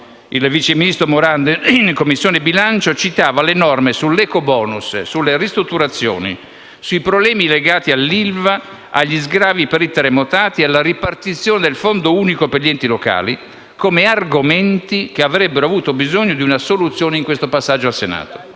il vice ministro Morando citava le norme sull'ecobonus e sulle ristrutturazioni, i problemi legati all'ILVA, agli sgravi per i terremotati, alla ripartizione del Fondo unico per gli enti locali come argomenti che avrebbero avuto bisogno di una soluzione in questo passaggio al Senato